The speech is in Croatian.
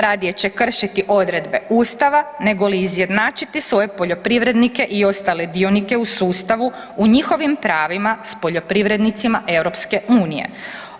Radije će kršiti odredbe Ustava nego li izjednačiti svoje poljoprivrednike i ostale dionike u sustavu u njihovim pravima s poljoprivrednicima Europske unije.